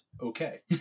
okay